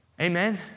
Amen